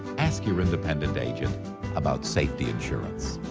ask your independent agent about safety insurance.